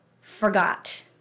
forgot